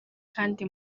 kandi